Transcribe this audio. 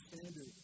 standards